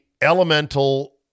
elemental